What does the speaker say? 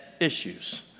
issues